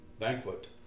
banquet